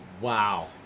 Wow